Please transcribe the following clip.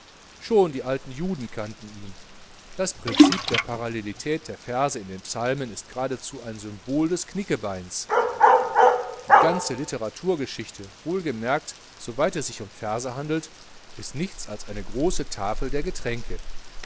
schon die alten juden kannten ihn das prinzip der parallelität der verse in den psalmen ist geradezu ein symbol des knickebeins die ganze litteraturgeschichte wohl gemerkt so weit es sich um verse handelt ist nichts als eine große tafel der getränke